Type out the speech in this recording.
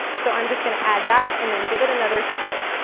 so i'm just gonna add that and then give it another stir.